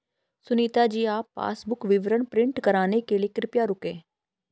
सुनीता जी आप पासबुक विवरण प्रिंट कराने के लिए कृपया रुकें